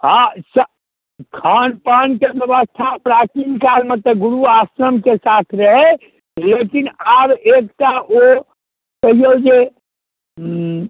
हँ च खानपानके बेबस्था प्राचीनकालमे तऽ गुरु आश्रमके साथ रहै लेकिन आब एकटा ओ कहिऔ जे उँ